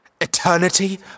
Eternity